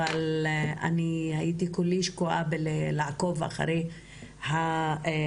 אבל הייתי כולי שקועה בלעקוב אחרי העובדות